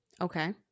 okay